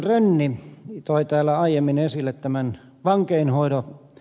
rönni toi täällä aiemmin esille vankeinhoidon tilanteen